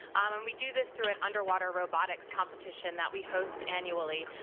and we do this through an underwater robotics competition that we host annually.